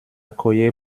accoyer